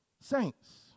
saints